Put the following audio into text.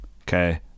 okay